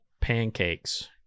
pancakes